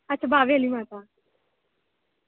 अच्छा बाह्वे आह्ली माता